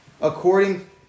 According